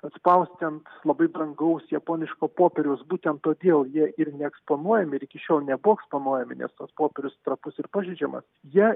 atspausti ant labai brangaus japoniško popieriaus būtent todėl jie ir neeksponuojami ir iki šiol nebuvo eksponuojami nes tas popierius trapus ir pažeidžiamas jie